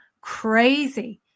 crazy